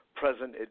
present